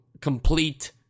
complete